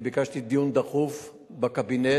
אני ביקשתי דיון דחוף בקבינט,